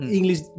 English